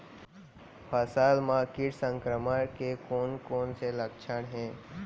फसल म किट संक्रमण के कोन कोन से लक्षण हे?